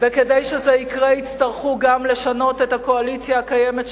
וכדי שזה יקרה יצטרכו גם לשנות את הקואליציה הקיימת,